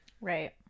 Right